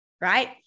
right